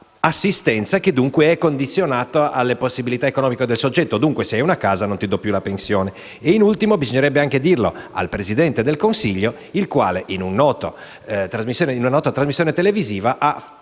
all'assistenza, che dunque è condizionata alle possibilità economiche del soggetto (dunque, a chi possiede una casa non si dà più la pensione). In ultimo, bisognerebbe anche dirlo al Presidente del Consiglio, il quale, in una nota trasmissione televisiva,